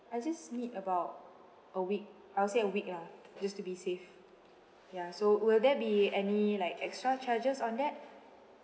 I just need about a week I will say a week lah just to be safe ya so will there be any like extra charges on that